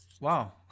Wow